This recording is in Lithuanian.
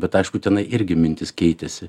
bet aišku tenai irgi mintys keitėsi